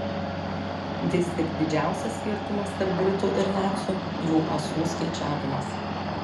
vis tik didžiausias skirtumas tarp britų ir nacių jų asų skaičiavimas